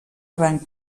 gran